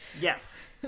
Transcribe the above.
yes